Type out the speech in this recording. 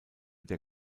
der